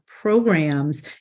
programs